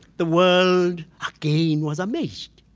the world again was amazed.